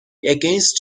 against